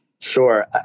Sure